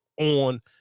on